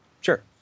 Sure